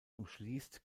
umschließt